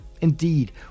Indeed